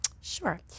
Sure